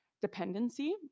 dependency